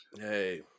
Hey